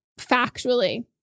factually